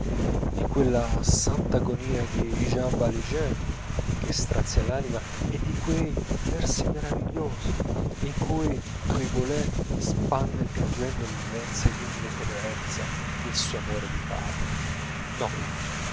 di quella santa agonia di jean valjean che strazia l'anima e di quei versi meravigliosi in cui triboulet spande piangendo l'immensa ed umile tenerezza del suo amore di padre no